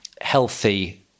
healthy